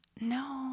No